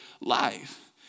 life